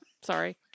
Sorry